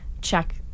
check